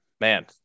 man